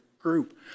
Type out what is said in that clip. group